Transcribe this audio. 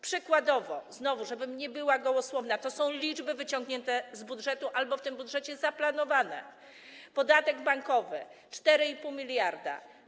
Przykładowo, żebym nie była gołosłowna, to są liczby wyciągnięte z budżetu albo w tym budżecie zaplanowane: podatek bankowy - 4,5 mld.